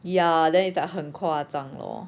ya then it's like 很夸张 lor